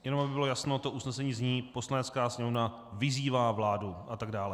Jenom aby bylo jasno, usnesení zní: Poslanecká sněmovna vyzývá vládu a tak dále.